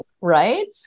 right